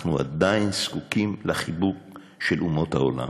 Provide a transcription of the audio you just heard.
אנחנו עדיין זקוקים לחיבוק של אומות העולם,